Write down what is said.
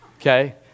Okay